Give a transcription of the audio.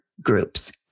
groups